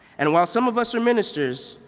and while some of us are ministers,